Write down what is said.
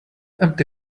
empty